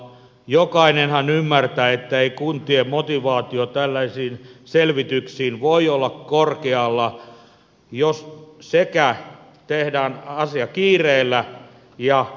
jokainenhan ymmärtää että ei kuntien motivaatio tällaisiin selvityksiin voi olla korkealla jos tehdään asia kiireellä ja pakottamalla